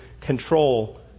control